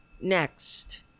next